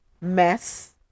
mess